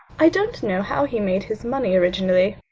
i don't know how he made his money, originally.